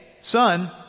Son